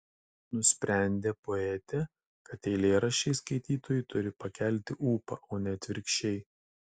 nusprendė poetė kad eilėraščiai skaitytojui turi pakelti ūpą o ne atvirkščiai